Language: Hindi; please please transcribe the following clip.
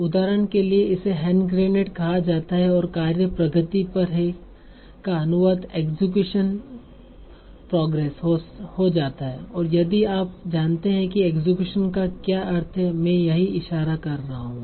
उदाहरण के लिए इसे हैंड ग्रेनेड कहा जाता है और कार्य प्रगति पर है का अनुवाद एग्सीक्यूसन प्रोग्रेस हो जाता है और यदि आप जानते हैं कि एग्सीक्यूसन का क्या अर्थ है मैं यही इशारा कर रहा हूं